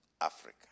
Africa